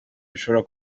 bishobora